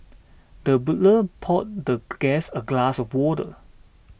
the butler poured the guest a glass of water